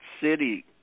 city